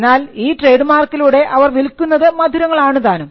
എന്നാൽ ഈ ട്രേഡ് മാർക്കിലൂടെ അവർ വിൽക്കുന്നത് മധുരങ്ങളാണുതാനും